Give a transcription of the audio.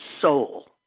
soul